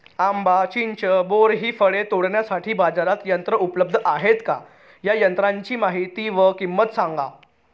आंबा, चिंच, बोर हि फळे तोडण्यासाठी बाजारात यंत्र उपलब्ध आहेत का? या यंत्रांची माहिती व किंमत सांगा?